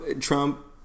Trump